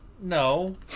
No